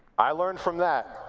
i learned from that,